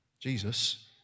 Jesus